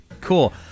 Cool